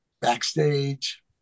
backstage